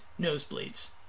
nosebleeds